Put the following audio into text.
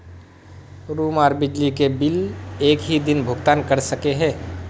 Room आर बिजली के बिल एक हि दिन भुगतान कर सके है?